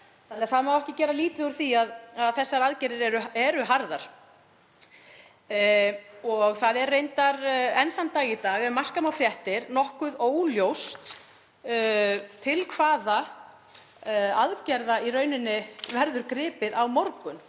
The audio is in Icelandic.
Þannig að það má ekki gera lítið úr því að þessar aðgerðir eru harðar. Það er reyndar enn þann dag í dag, ef marka má fréttir, nokkuð óljóst til hvaða aðgerða verður gripið á morgun.